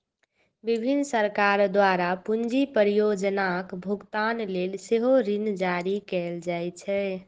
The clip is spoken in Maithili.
विभिन्न सरकार द्वारा पूंजी परियोजनाक भुगतान लेल सेहो ऋण जारी कैल जाइ छै